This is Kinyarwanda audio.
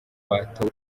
batowe